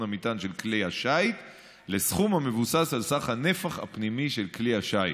המטען של כלי השיט לסכום המבוסס על סך הנפח הפנימי של כלי השיט,